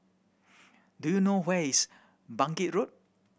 do you know where is Bangkit Road